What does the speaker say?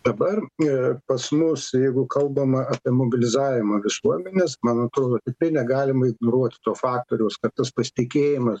dabar i pas mus jeigu kalbama apie mobilizavimą visuomenės man atrodo tikrai negalima ignoruoti to faktoriaus kad tas pasitikėjimas